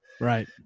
right